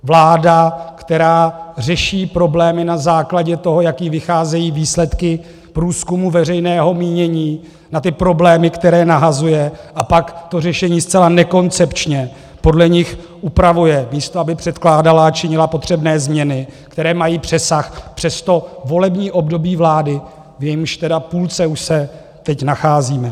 Vláda, která řeší problémy na základě toho, jak jí vycházejí výsledky průzkumu veřejného mínění, na ty problémy, které nahazuje a pak to řešení zcela nekoncepčně podle nich upravuje, místo aby předkládala a činila potřebné změny, které mají přesah přes volební období vlády, v jejíž půlce už se teď nacházíme.